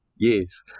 Yes